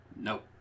Nope